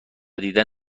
دیدن